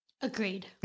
Agreed